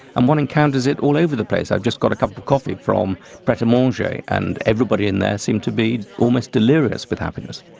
and one encounters it all over the place. i've just got a cup of coffee from pret a manger and everybody in there seemed to be almost delirious with happiness.